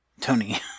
Tony